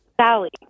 Sally